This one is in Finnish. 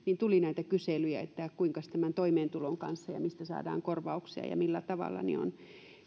tuli näitä kyselyjä että kuinkas tämän toimeentulon kanssa ja mistä saadaan korvauksia ja millä tavalla on